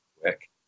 quick